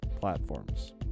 platforms